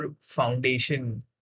foundation